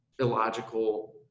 illogical